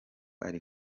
ari